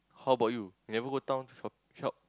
how bout you never go town shop shop